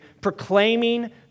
proclaiming